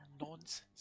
nonsense